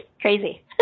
crazy